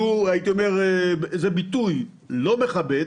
זה ביטוי לא מכבד